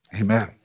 Amen